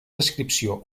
descripció